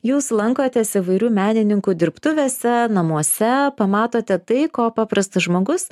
jūs lankotės įvairių menininkų dirbtuvėse namuose pamatote tai ko paprastas žmogus